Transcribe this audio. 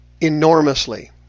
enormously